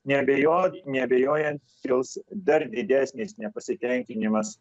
neabejo neabejojat kils dar didesnis nepasitenkinimas